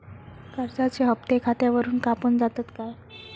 कर्जाचे हप्ते खातावरून कापून जातत काय?